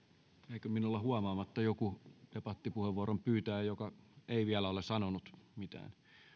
jäikö minulla huomaamatta joku debattipuheenvuoron pyytäjä joka ei vielä ole sanonut mitään